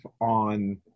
on